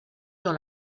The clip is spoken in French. dans